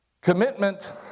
Commitment